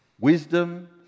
wisdom